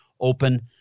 open